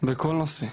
בכל נושא.